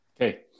Okay